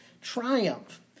triumph